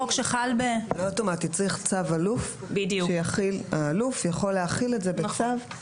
צריך צו אלוף שיכול להחיל את זה בצו.